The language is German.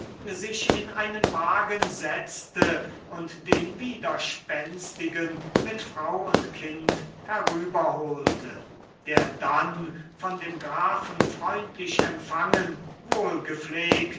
sich in einen wagen setzte und den widerspenstigen mit frau und kind herüberholte der dann von dem grafen freundlich empfangen